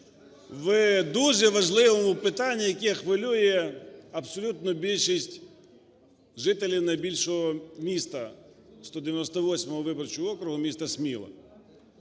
В дуже важливому питанні, яке хвилює абсолютну більшість жителів найбільшого міста, 198 виборчого округу міста Сміла.